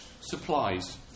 supplies